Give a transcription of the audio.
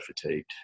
fatigued